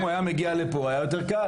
אם הוא היה מגיע לפה היה יותר קל,